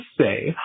say